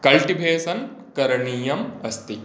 cultivation करणीयम् अस्ति